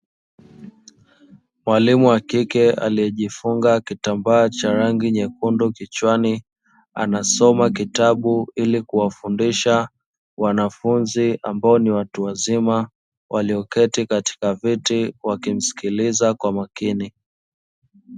Mwalimu wa kike aliyejifunga kitambaa cha rangi nyekundu kichwani, anasoma kitabu ili kuwafundisha wanafunzi ambao ni watu wazima walioketi katika viti wakimsikiliza kwa makini.